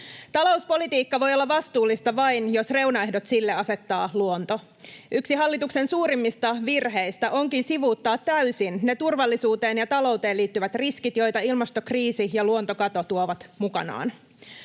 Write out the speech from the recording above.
Talouspolitiikka voi olla vastuullista vain, jos reunaehdot sille asettaa luonto. Yksi hallituksen suurimmista virheistä onkin sivuuttaa täysin ne turvallisuuteen ja talouteen liittyvät riskit, joita ilmastokriisi ja luontokato tuovat mukanaan.